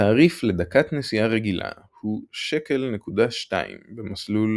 התעריף לדקת נסיעה רגילה הוא 1.2 ש"ח במסלול